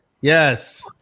yes